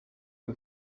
who